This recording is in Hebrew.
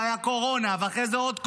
זה היה קורונה, ואחרי זה עוד קורונה,